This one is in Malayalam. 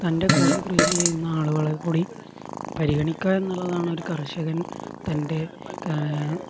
തൻ്റെ കൂടെ കൃഷി ചെയ്യുന്ന ആളുകളെ കൂടി പരിഗണിക്കുക എന്നുള്ളതാണ് ഒരു കർഷകൻ തൻ്റെ